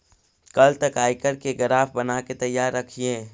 कल तक आयकर के ग्राफ बनाके तैयार रखिहें